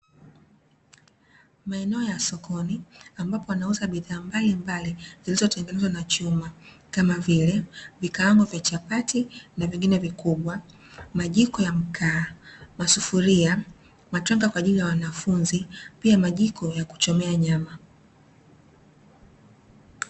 Maeneo ya sokoni, ambapo wanauza bidhaa mbalimbali zilizotengenezwa na chuma, kama vile; vikaango vya chapati na vingine vikubwa, majiko ya mkaa, masufuria, matranka kwa ajili ya wanafunzi, pia majiko ya kuchomea nyama.